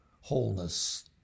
wholeness